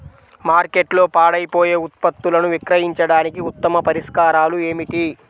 మార్కెట్లో పాడైపోయే ఉత్పత్తులను విక్రయించడానికి ఉత్తమ పరిష్కారాలు ఏమిటి?